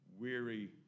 weary